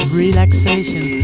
relaxation